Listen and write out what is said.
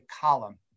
column